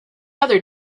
other